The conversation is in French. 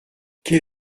quel